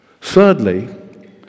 Thirdly